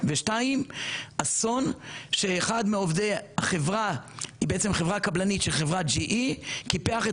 2022 אסון שאחד מעובדי החברה הקבלנית של חברת GE קיפח את